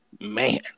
man